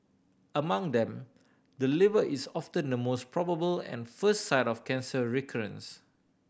among them the liver is often the most probable and first site of cancer recurrence